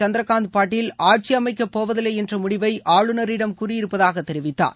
சந்திரகாந்த் பாட்டில் ஆட்சியமைக்கப்போவதில்லை என்ற முடிவை ஆளுநரிடம் கூறியிருப்பதாக தெரிவித்தார்